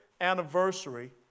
anniversary